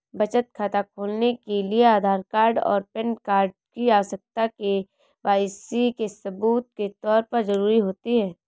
बचत खाता खोलने के लिए आधार कार्ड और पैन कार्ड की आवश्यकता के.वाई.सी के सबूत के तौर पर ज़रूरी होती है